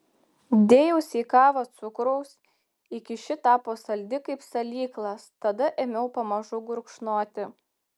dėjausi į kavą cukraus iki ši tapo saldi kaip salyklas tada ėmiau pamažu gurkšnoti